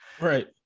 Right